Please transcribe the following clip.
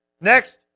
Next